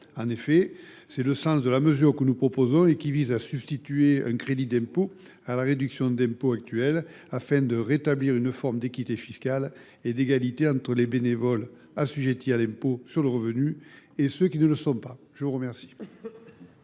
En effet, la mesure que nous proposons tend à substituer un crédit d’impôt à la réduction d’impôt actuelle afin de rétablir une forme d’équité fiscale et d’égalité entre les bénévoles assujettis à l’impôt sur le revenu et ceux qui ne le sont pas. Les trois